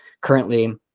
currently